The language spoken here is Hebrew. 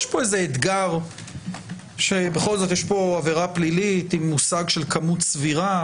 יש פה איזה אתגר שבכול זאת יש פה עבירה פלילית עם מושג של כמות סבירה,